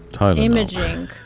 Imaging